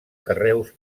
carreus